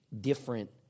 different